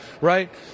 right